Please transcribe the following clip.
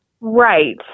Right